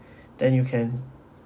then you can